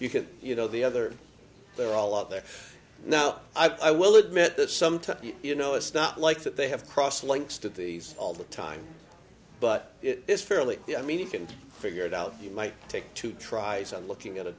you can you know the other they're all out there now i will admit that sometimes you know it's not like that they have cross links to these all the time but it's fairly the i mean you can figure it out you might take two tries on looking at a